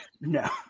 No